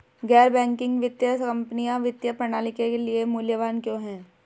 गैर बैंकिंग वित्तीय कंपनियाँ वित्तीय प्रणाली के लिए मूल्यवान क्यों हैं?